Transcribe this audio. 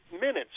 minutes